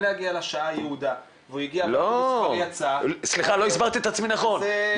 ואנחנו היינו צריכים לעשות שמיניות באוויר ובסוף סיימנו את זה.